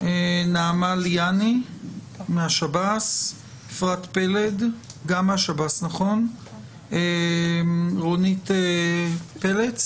נעמה ליאני מהשב"ס, אפרת פלד מהשב"ס, רונית פלץ